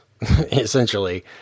essentially